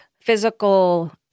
physical